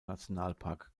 nationalpark